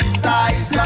size